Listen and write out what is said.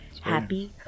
happy